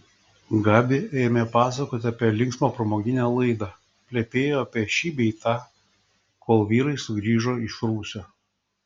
gabi ėmė pasakoti apie linksmą pramoginę laidą plepėjo apie šį bei tą kol vyrai sugrįžo iš rūsio